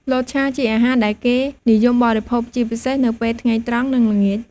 លតឆាជាអាហារដែលគេនិយមបរិភោគ ជាពិសេសនៅពេលថ្ងៃត្រង់ និងល្ងាច។